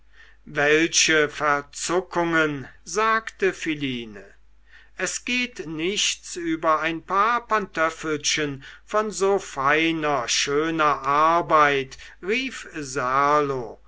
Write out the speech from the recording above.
welche verzuckungen sagte philine es geht nichts über ein paar pantöffelchen von so feiner schöner arbeit rief